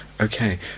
Okay